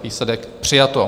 Výsledek: přijato.